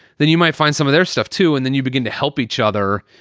then you might find some of their stuff, too, and then you begin to help each other.